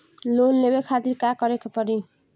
Loan लेवे खातिर का करे के पड़ी?